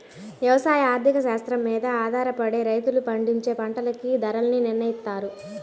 యవసాయ ఆర్థిక శాస్త్రం మీద ఆధారపడే రైతులు పండించే పంటలకి ధరల్ని నిర్నయిత్తారు